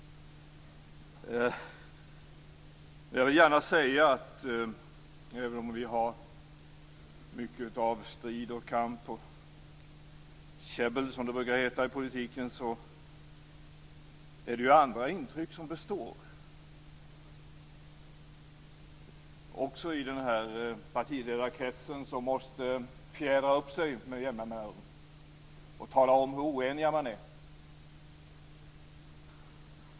Även om vi har mycket av strid, kamp och käbbel i politiken, är det andra intryck som består - även i partiledarkretsen. Med jämna mellanrum måste man fjädra upp sig och tala om hur oenig man är.